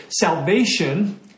Salvation